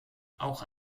auch